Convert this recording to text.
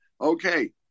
okay